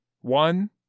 one